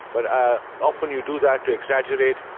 but ah often you do that to exaggerate,